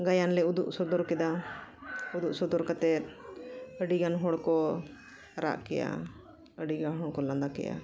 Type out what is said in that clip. ᱜᱟᱭᱟᱱ ᱞᱮ ᱩᱫᱩᱜ ᱥᱚᱫᱚᱨ ᱠᱮᱫᱟ ᱩᱫᱩᱜ ᱥᱚᱫᱚᱨ ᱠᱟᱛᱮᱫ ᱟᱹᱰᱤ ᱜᱟᱱ ᱦᱚᱲ ᱠᱚ ᱨᱟᱜ ᱠᱮᱜᱼᱟ ᱟᱹᱰᱤ ᱜᱟᱱ ᱦᱚᱲ ᱠᱚ ᱞᱟᱸᱫᱟ ᱠᱮᱜᱼᱟ